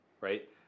right